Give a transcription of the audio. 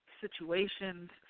situations